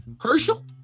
Herschel